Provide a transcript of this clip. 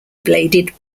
bladed